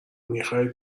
میخای